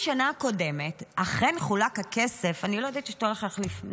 אני לא ידעתי שאתה הולך להחליף,